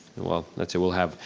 well, that's it, will have,